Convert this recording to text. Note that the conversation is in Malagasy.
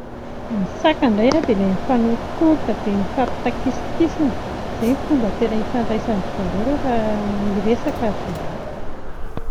Ny saka indray dia ilay mifanorokoroka, dia mifampitakosonkosona, izay no fomba tena ifandraisan-dry zareo rehefa hiresaka ry zareo.